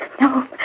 No